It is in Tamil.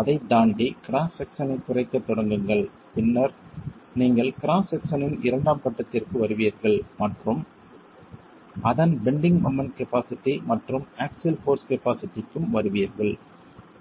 அதைத் தாண்டி கிராஸ் செக்சனைக் குறைக்கத் தொடங்குங்கள் பின்னர் நீங்கள் கிராஸ் செக்சனின் இரண்டாம் கட்டத்திற்கு வருவீர்கள் மற்றும் அதன் பெண்டிங் மொமெண்ட் கபாஸிட்டி மற்றும் ஆக்ஸில் போர்ஸ் கபாஸிட்டிக்கும் வருவீர்கள்